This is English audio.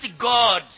God